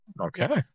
Okay